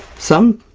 some